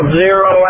zero